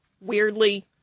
weirdly